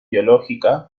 biológica